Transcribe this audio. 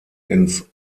ins